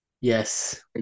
Yes